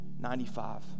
95